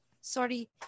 sorry